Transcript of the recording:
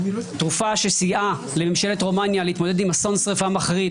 תרופה שסייעה לממשלת רומניה להתמודד עם אסון שריפה מחריד.